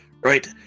Right